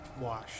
wash